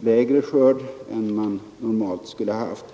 lägre skörd än man normalt skulle haft.